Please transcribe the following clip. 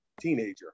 teenager